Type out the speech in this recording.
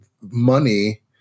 money